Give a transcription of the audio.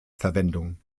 verwendung